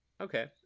Okay